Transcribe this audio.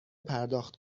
پرداخت